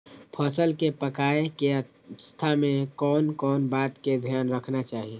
फसल के पाकैय के अवस्था में कोन कोन बात के ध्यान रखना चाही?